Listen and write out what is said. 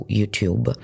YouTube